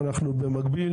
אנחנו במקביל,